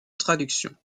traductions